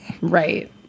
Right